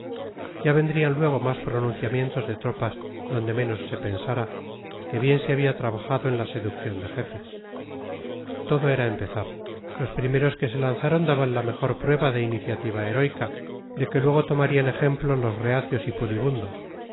ya vendrían luego más pronunciamientos de tropas donde menos se pensara que bien se había trabajado en la seducción de jefes todo era empezar los primeros que se lanzaron daban la mejor prueba de iniciativa heroica de que luego tomarían ejemplo los reacios y